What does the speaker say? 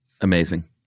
Amazing